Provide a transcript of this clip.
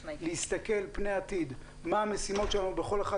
להסתכל פני עתיד מה המשימות שלנו בכל אחד